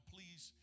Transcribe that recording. Please